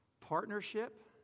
partnership